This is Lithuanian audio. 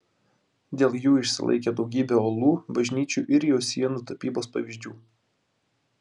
dėl jų išsilaikė daugybė uolų bažnyčių ir jų sienų tapybos pavyzdžių